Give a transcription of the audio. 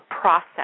process